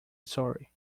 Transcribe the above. sorry